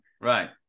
right